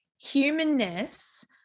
humanness